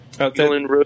Okay